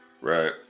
Right